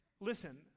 listen